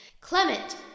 Clement